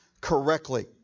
correctly